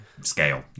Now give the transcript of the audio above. scale